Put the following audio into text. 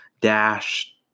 Dash